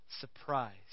surprise